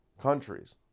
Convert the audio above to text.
countries